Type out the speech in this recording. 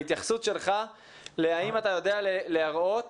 ההתייחסות שלך להאם אתה יודע להראות